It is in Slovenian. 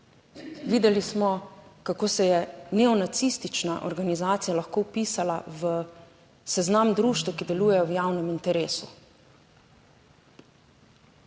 Videli smo, kako se je neonacistična organizacija lahko vpisala v seznam društev, ki delujejo v javnem interesu.